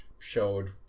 showed